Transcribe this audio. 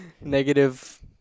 negative